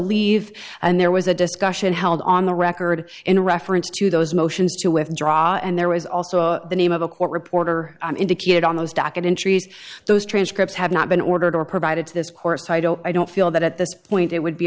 leave and there was a discussion held on the record in reference to those motions to withdraw and there was also the name of the court reporter indicated on those docket in trees those transcripts have not been ordered or provided to this course i don't feel that at this point it would be